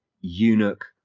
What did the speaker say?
eunuch